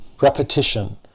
repetition